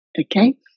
okay